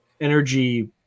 energy